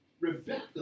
Rebecca